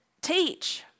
teach